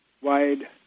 wide